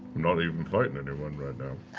not even fighting anyone right now.